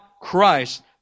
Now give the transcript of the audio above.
Christ